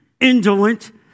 indolent